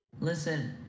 Listen